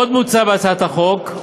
עוד מוצע בהצעת החוק,